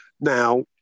Now